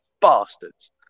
bastards